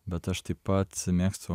bet aš taip pat mėgstu